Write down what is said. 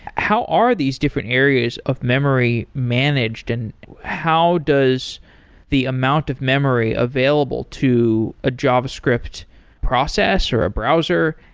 how are these different areas of memory managed and how does the amount of memory available to a javascript process, or a browser,